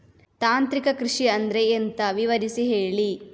ತಾಂತ್ರಿಕ ಕೃಷಿ ಅಂದ್ರೆ ಎಂತ ವಿವರಿಸಿ ಹೇಳಿ